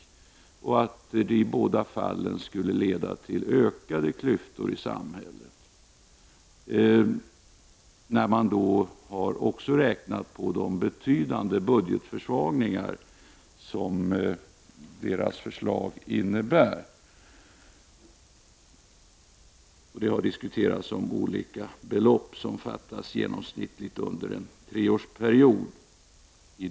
Dessa beräkningar har visat att deras skattepolitik skulle leda till ökade klyftor i samhället samtidigt som förslagen innebär betydande budgetförsvagningar. Här har diskuterats olika belopp som fattas i genomsnitt under en treårsperiod.